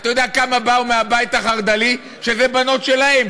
אתה יודע כמה באו מהבית החרד"לי, שאלה בנות שלהם?